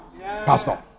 pastor